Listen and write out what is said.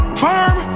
firm